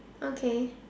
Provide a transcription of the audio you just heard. okay